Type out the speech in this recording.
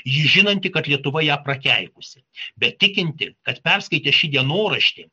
ji žinanti kad lietuva ją prakeikusi bet tikinti kad perskaitę šį dienoraštį